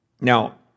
Now